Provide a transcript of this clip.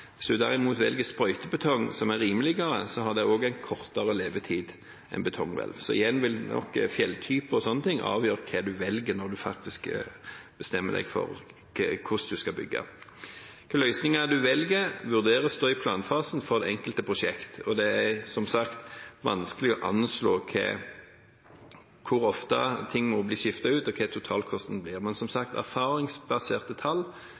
Hvis en derimot velger sprøytebetong, som er rimeligere, har det en kortere levetid enn betonghvelv. Igjen vil nok fjelltype o.l. avgjøre hva en velger når en bestemmer seg for hvordan en skal bygge. Hvilke løsninger en skal velge, vurderes i planfasen for det enkelte prosjekt, og det er som sagt vanskelig å anslå hvor ofte ting må skiftes ut, og hva totalkostnadene blir. Men, som sagt, erfaringsbaserte tall